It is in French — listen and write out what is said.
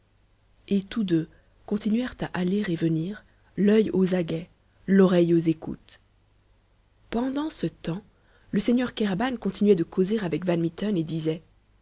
et tous deux continuèrent à aller et venir l'oeil aux aguets l'oreille aux écoutes pendant ce temps le seigneur kéraban continuait de causer avec van mitten et disait